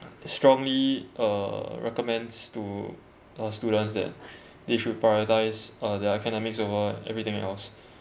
strongly uh recommends to all students that they should prioritise uh their academics over everything else